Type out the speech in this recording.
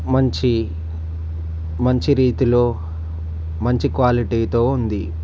మంచి మంచి రీతిలో మంచి క్వాలిటీతో ఉంది